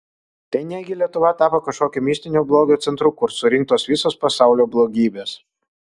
tai ne gi lietuva tapo kažkokio mistinio blogio centru kur surinktos visos pasaulio blogybės